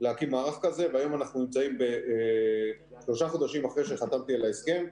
להקים מערך כזה והיום אנחנו נמצאים שלושה חודשים אחרי שחתמתי על ההסכם.